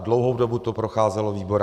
Dlouhou dobu to procházelo výbory.